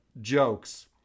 jokes